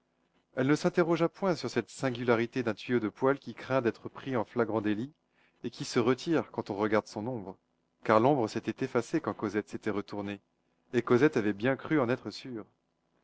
elle ne s'interrogea point sur cette singularité d'un tuyau de poêle qui craint d'être pris en flagrant délit et qui se retire quand on regarde son ombre car l'ombre s'était effacée quand cosette s'était retournée et cosette avait bien cru en être sûre